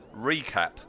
recap